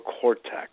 cortex